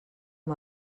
amb